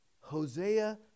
Hosea